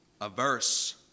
averse